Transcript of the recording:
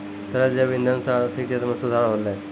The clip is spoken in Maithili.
तरल जैव इंधन सँ आर्थिक क्षेत्र में सुधार होलै